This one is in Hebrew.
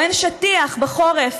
או אין שטיח בחורף,